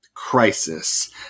Crisis